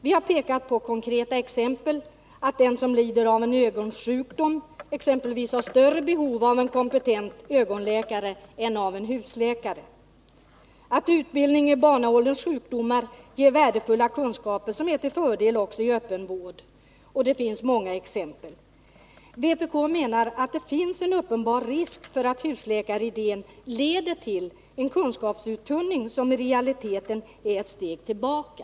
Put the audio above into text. Vi har pekat på några konkreta exempel: den som lider av exempelvis en ögonsjukdom har större behov av kompentent ögonläkare än av en husläkare, och utbildningen i barnaålderns sjukdomar ger värdefulla kunskaper som är till fördel också för öppenvården. Det finns många exempel. Vpk menar att det finns en uppenbar risk för att husläkaridén leder till en kunskapsuttunning som i realiteten innebär ett steg tillbaka.